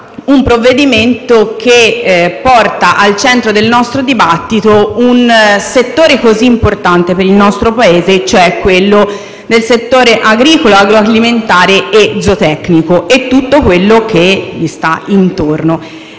un provvedimento che porta al centro del nostro dibattito un settore così importante per il nostro Paese, quello agricolo, agroalimentare, zootecnico e tutto quello che gli sta intorno.